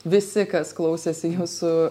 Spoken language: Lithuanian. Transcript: visi kas klausėsi jūsų